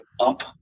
up